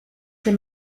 ces